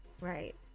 Right